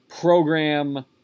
program